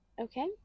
Okay